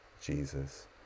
Jesus